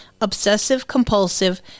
obsessive-compulsive